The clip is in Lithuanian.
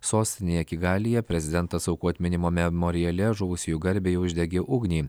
sostinėje kigalyje prezidentas aukų atminimo memoriale žuvusiųjų garbei uždegė ugnį